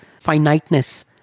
finiteness